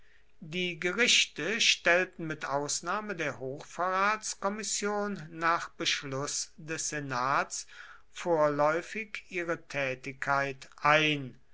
die gerichte stellten mit ausnahme der hochverratskommission nach beschluß des senats vorläufig ihre tätigkeit ein